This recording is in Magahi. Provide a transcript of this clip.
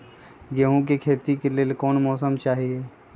गेंहू के खेती के लेल कोन मौसम चाही अई?